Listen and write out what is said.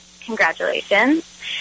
Congratulations